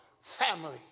family